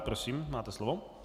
Prosím, máte slovo.